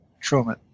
Truman